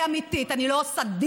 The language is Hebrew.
שלי יחימוביץ הייתה שם ודב חנין,